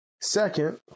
Second